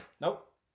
Nope